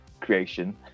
creation